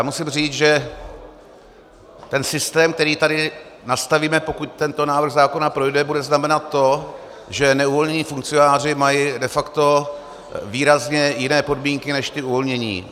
Musím říct, že systém, který tady nastavíme, pokud tento návrh zákona projde, bude znamenat to, že neuvolnění funkcionáři mají de facto výrazně jiné podmínky než ti uvolnění.